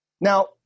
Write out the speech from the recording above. Now